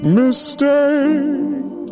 mistake